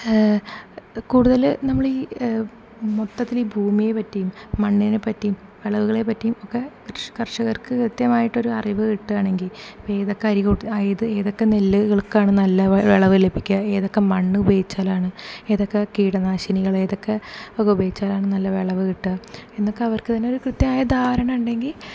കൂടുതൽ നമ്മൾ ഈ മൊത്തത്തിൽ ഈ ഭൂമിയെ പറ്റിയും മണ്ണിനെപ്പറ്റിയും വിളവുകളെ പറ്റിയും ഒക്കെ കർഷകർക്ക് കൃത്യമായിട്ടൊരു അറിവ് കിട്ടണമെങ്കിൽ ഏതൊക്കെ അരികൾ ഏതൊക്കെ നെല്ലുകൾക്കാണ് നല്ല വിളവ് ലഭിക്കുക ഏതൊക്ക മണ്ണു ഉപയോഗിച്ചാലാണ് ഏതൊക്ക കീടനാശിനികൾ ഏതൊക്കെ ഉപയോഗിച്ചാലാണ് നല്ല വിളവ് കിട്ടുക എന്നൊക്കെ അവർക്ക് തന്നെ ഒരു കൃത്യമായ ധാരണ ഉണ്ടെങ്കിൽ